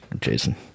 Jason